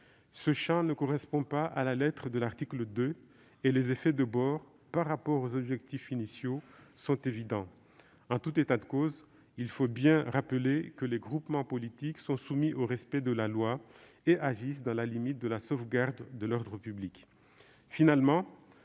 Ce champ ne correspond pas à la lettre de l'article 2, et les effets de bord, par rapport aux objectifs initiaux, sont évidents. En tout état de cause, il faut bien rappeler que les groupements politiques sont soumis au respect de la loi et agissent dans la limite de la sauvegarde de l'ordre public.